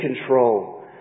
control